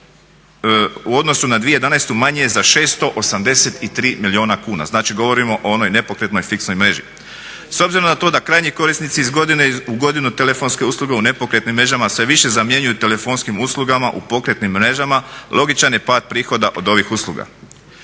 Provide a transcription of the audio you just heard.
u odnosu na 2011. manji je za 683 milijuna kuna. Znači, govorimo o onoj nepokretnoj fiksnoj mreži. S obzirom na to da krajnji korisnici iz godine u godinu telefonske usluge u nepokretnim mrežama sve više zamjenjuju telefonskim uslugama u pokretnim mrežama logičan je pad prihoda od ovih usluga.